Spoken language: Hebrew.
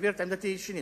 אסביר את עמדתי שנית.